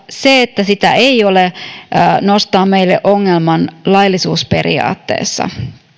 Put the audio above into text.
se että sitä ei ole nostaa meille ongelman laillisuusperiaatteesta